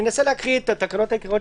אני אנסה להקריא את התקנות העיקריות,